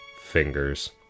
fingers